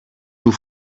του